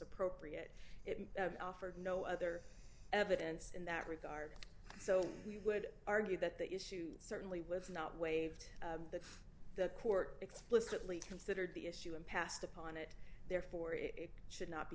appropriate it offered no other evidence in that regard so we would argue that the issue certainly was not waived that the court explicitly considered the issue and passed upon it therefore it should not be